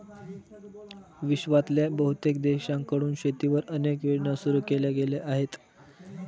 विश्वातल्या बहुतेक देशांकडून शेतीवर अनेक योजना सुरू केल्या गेल्या आहेत